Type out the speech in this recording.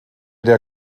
der